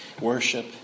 worship